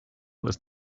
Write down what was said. was